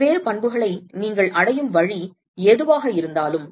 வெவ்வேறு பண்புகளை நீங்கள் அடையும் வழி எதுவாக இருந்தாலும்